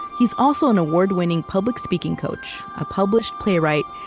he's also an award-winning public speaking coach, a published playwright,